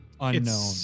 Unknown